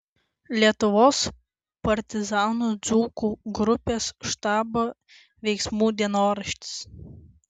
lietuvos partizanų dzūkų grupės štabo veiksmų dienoraštis